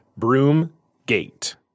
Broomgate